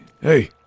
hey